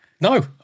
No